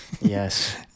Yes